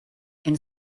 and